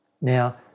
Now